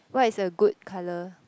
what is a good colour